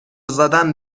زدن